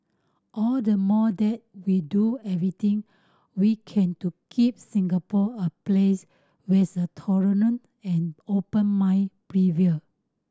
all the more that we do everything we can to keep Singapore a place where's the tolerance and open mind prevail